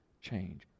change